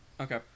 Okay